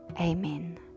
Amen